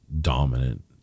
dominant